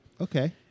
Okay